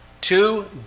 Two